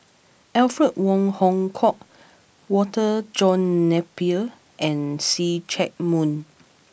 Alfred Wong Hong Kwok Walter John Napier and See Chak Mun